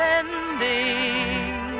ending